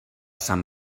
sant